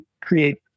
create